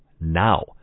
Now